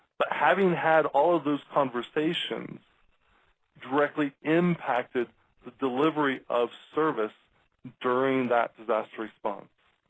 having had all of those conversations directly impacted the delivery of service during that disaster response.